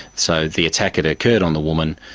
so the attack had occurred on the woman,